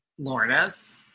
lornas